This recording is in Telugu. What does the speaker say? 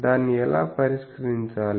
దాన్ని ఎలా పరిష్కరించాలి